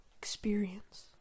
experience